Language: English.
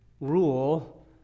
rule